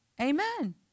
Amen